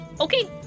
Okay